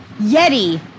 Yeti